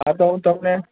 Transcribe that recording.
હા તો હું તમને